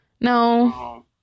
No